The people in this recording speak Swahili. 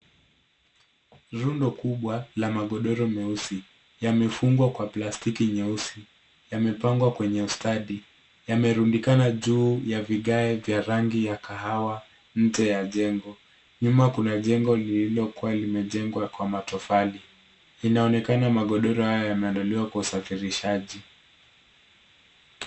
Rundo kubwa la magodoro meusi. Yamefungwa kwa plastiki nyeusi. Yamepangwa kwenye ustadi. Yamerudikana juu ya vigae vya rangi ya kahawia nje ya jengo. Nyuma kuna jengo lililokuwa limejengwa kwa matofali. Inaonekana magodoro haya yameandaliwa kwa usafirishaji.